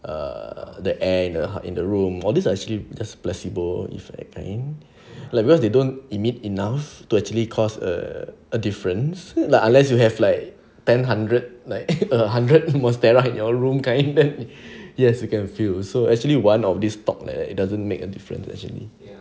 err the air the in the room all these I actually just flexible if that kind like because they don't emit enough to actually cause a a difference like unless you have like ten hundred like a hundred monstera in your room kind then yes you can feel so actually one of this talk leh like it doesn't make a difference actually